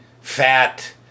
fat